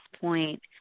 point